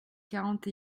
quarante